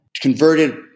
converted